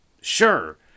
Sure